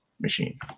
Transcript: machine